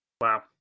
Wow